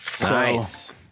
Nice